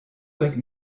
like